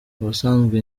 ubusanzwe